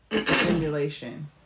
stimulation